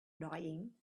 dying